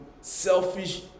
selfish